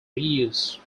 reuse